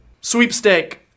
Sweepstake